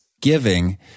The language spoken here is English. giving